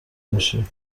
میشی